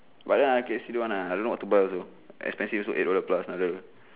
but then ah K_F_C don't want lah I don't know what to buy also expensive also eight dollar plus